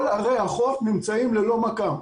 כל ערי החוף נמצאות ללא מכ"ם.